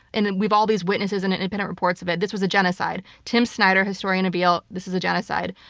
and and we've all these witnesses and independent reports of it this was a genocide. tim snyder, historian of yale, this is a genocide.